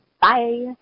Bye